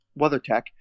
WeatherTech